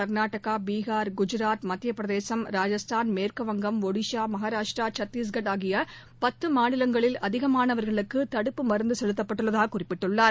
கர்நாடகா பீகார் குஜராத் மத்தியபிரதேசம் ராஜஸ்தான் மேற்குவங்கம் மகாராஷ்டரா சத்தீஷ்கர் ஆகியபத்துமாநிலங்களில் அதிகமானவர்களுக்குதடுப்பு மருந்தசெலுத்தப்பட்டுள்ளதாககுறிப்பிட்டார்